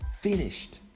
finished